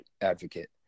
advocate